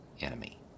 enemy